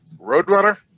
Roadrunner